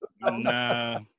nah